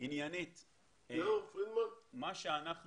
מה שאנחנו